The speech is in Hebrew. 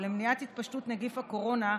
ולמניעת התפשטות נגיף הקורונה,